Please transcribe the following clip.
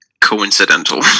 coincidental